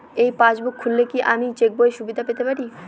এই পাসবুক খুললে কি আমি চেকবইয়ের সুবিধা পেতে পারি?